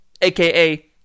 aka